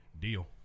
Deal